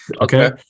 Okay